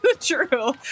True